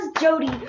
Jody